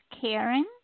Karen